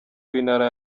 w’intara